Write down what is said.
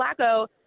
Flacco